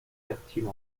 fertiles